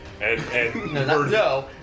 No